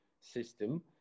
system